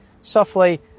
softly